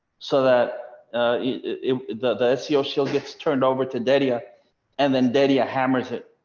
so that it the seo shield gets turned over to deadia and then deadia hammers it,